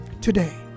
today